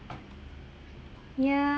ya